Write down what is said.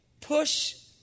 push